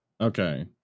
Okay